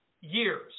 years